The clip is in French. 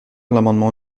l’amendement